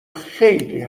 خیلی